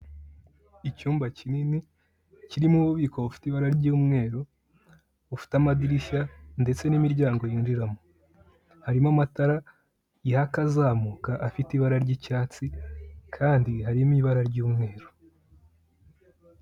Icyumba kinini kirimo ububiko bufite ibara ry'umweru, bufite amadirishya ndetse n'miryango yinjiramo, harimo amatara yaka azamuka afite ibara ry'icyatsi, kandi harimo ibara ry'umweru.